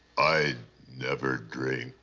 i never drink.